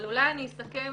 אבל אולי אני אסכם